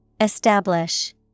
Establish